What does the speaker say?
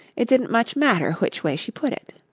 it didn't much matter which way she put it.